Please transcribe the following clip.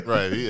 Right